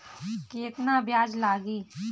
केतना ब्याज लागी?